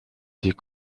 des